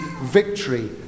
victory